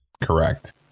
correct